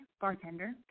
bartender